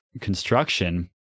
construction